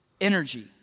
energy